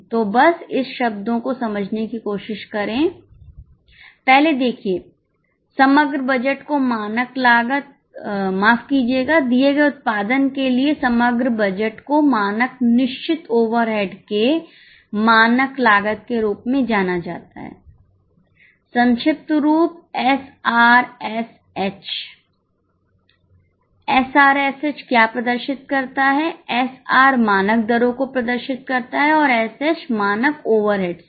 तो बस इस शब्दों को समझने की कोशिश करें पहले देखिए समग्र बजट को मानक लागत माफ कीजिएगा दिए गए उत्पादन के लिए समग्र मानक को मानक निश्चित ओवरहेड्स के मानक लागत के रूप में जाना जाता है संक्षिप्त रूप एसआरएसएच मानक ओवरहेड्स हैं